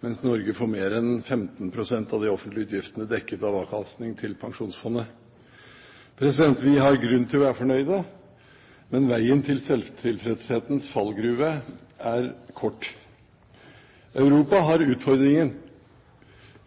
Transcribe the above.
mens Norge får mer enn 15 pst. av de offentlige utgiftene dekket av avkastningen til Pensjonsfondet. Vi har grunn til å være fornøyd, men veien til selvtilfredshetens fallgruve er kort. Europa har utfordringen.